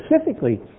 Specifically